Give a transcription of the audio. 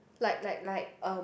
like like like um